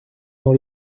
dans